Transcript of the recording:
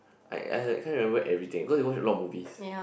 I I like kind of remember everything cause we watch a lot of movies